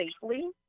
safely